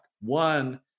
one